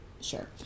Sure